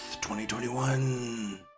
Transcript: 2021